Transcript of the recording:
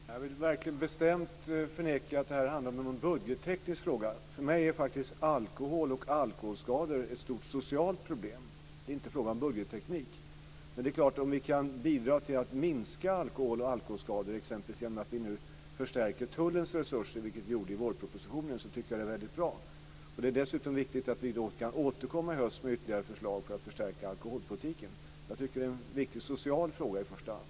Herr talman! Jag vill verkligen bestämt förneka att det här handlar om en budgetteknisk fråga. För mig är alkohol och alkoholskador ett stort socialt problem, inte en fråga om budgetteknik. Men det är klart att om vi kan bidra till att minska alkoholdrickande och alkoholskador genom att nu exempelvis förstärka tullens resurser, vilket skedde i vårpropositionen, tycker jag att det är väldigt bra. Det är dessutom viktigt att vi kan återkomma i höst med ytterligare förslag för att förstärka alkoholpolitiken. Jag tycker att det i första hand är en viktig social fråga.